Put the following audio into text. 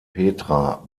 petra